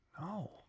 No